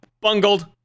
Bungled